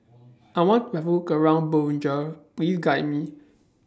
I want to Have Ground Bujumbura Please Guide Me